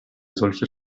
solche